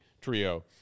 trio